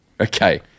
Okay